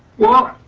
well,